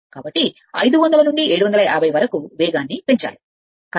కాబట్టి 500 నుండి 750 వరకు వాస్తవానికి వేగాన్ని పెంచాలి ఏ నిరోధకత ను చేర్చాలి